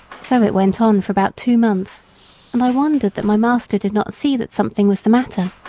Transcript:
so it went on for about two months and i wondered that my master did not see that something was the matter.